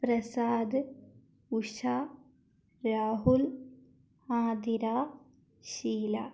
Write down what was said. Prasad Usha Rahul Athira Sheela